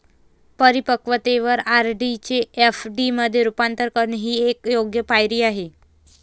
परिपक्वतेवर आर.डी चे एफ.डी मध्ये रूपांतर करणे ही एक योग्य पायरी आहे